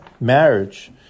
marriage